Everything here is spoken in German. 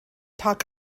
tag